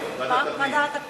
ועדת הפנים.